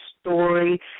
story